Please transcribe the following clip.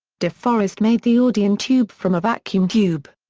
de forest made the audion tube from a vacuum tube.